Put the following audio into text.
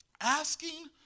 Asking